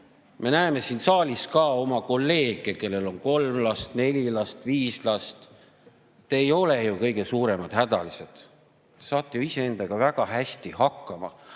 Me näeme siin saalis ka kolleege, kellel on kolm last, neli last või viis last. Te ei ole ju kõige suuremad hädalised. Te saate ju ise endaga väga hästi hakkama.